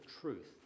truth